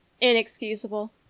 inexcusable